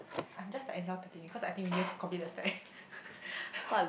I'm just like anyhow thinking cause I think we need to complete the stack